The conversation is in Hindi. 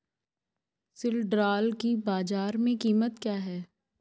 सिल्ड्राल की बाजार में कीमत क्या है?